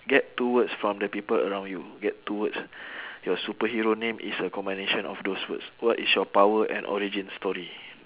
get two words from the people around you get two words your superhero name is a combination of those words what is your power and origin story